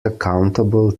accountable